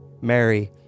Mary